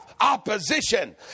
Opposition